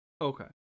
Okay